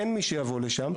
אין מי שיבוא לשם.